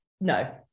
no